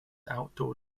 outdoor